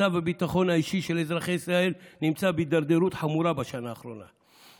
מצב הביטחון האישי של אזרחי ישראל נמצא בהידרדרות חמורה בשנה האחרונה,